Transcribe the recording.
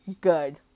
good